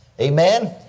Amen